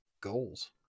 goals